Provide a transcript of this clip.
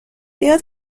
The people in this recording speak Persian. زیاد